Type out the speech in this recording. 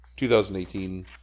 2018